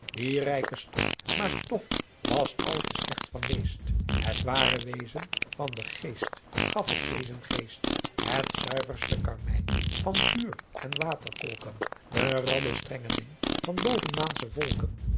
die rijke stof maar stof was al te slecht van leest het waare wezen van den geest gaf t wezen geest het zuiverste carmyn van vuur en waterkolken de radde strengeling van bovenmaansche volken